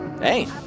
hey